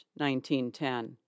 1910